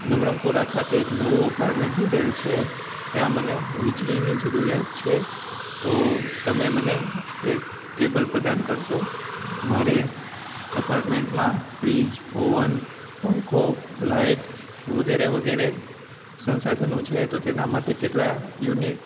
નવરંગપુરા ખાતે નવું અપારમેન્ટ લીધેલ છે ત્યાં મને વીજળીની જરૂરીયાત છે તો મને એક કેબલ પ્રદાન કરશો મારે અપાર્ટમેન્ટમાં ફ્રિજ ઓવન પંખો લાઈટ વગેરે વગેરે સંસાધનો છે તો તેના માટે કેટલા યુનિટ